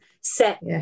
set